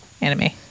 anime